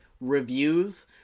reviews